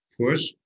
push